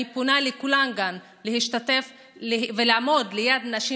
אני פונה לכולם להשתתף ולעמוד ליד נשים